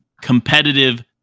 competitive